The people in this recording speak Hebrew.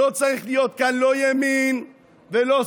לא צריך להיות כאן לא ימין ולא שמאל,